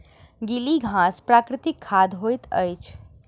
गीली घास प्राकृतिक खाद होइत अछि